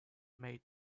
made